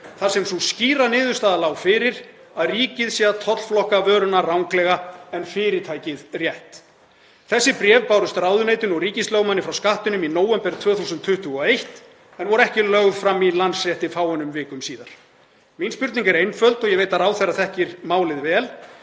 þar sem sú skýra niðurstaða lá fyrir að ríkið sé að tollflokka vöruna ranglega en fyrirtækið rétt. Þessi bréf bárust ráðuneytinu og ríkislögmanni frá Skattinum í nóvember 2021 en voru ekki lögð fram í Landsrétti fáeinum vikum síðar. Mín spurning er einföld og ég veit að ráðherra þekkir málið vel: